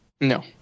No